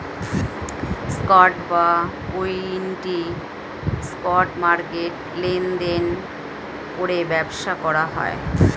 stock বা equity, stock মার্কেটে লেনদেন করে ব্যবসা করা হয়